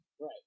Right